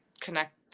connect